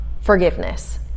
forgiveness